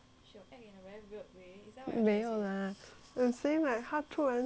没有 lah is saying that 它突然 swim swim swim then 它 stop